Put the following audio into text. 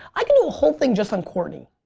i could do a whole thing just on courtney.